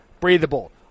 breathable